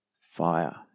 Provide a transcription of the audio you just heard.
fire